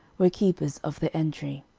were keepers of the entry.